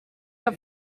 your